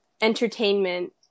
entertainment